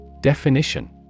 Definition